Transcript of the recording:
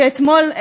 שאתמול,